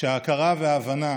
שההכרה וההבנה